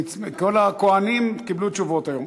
כל ה"כהנים" קיבלו תשובות היום.